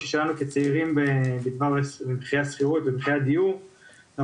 שלנו כצעירים בכל נושא מחירי שכר הדירה ומחירי הדיור בישראל,